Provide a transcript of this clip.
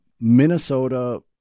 Minnesota